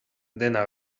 dena